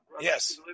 Yes